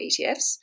ETFs